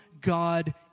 God